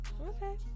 Okay